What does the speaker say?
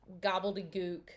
gobbledygook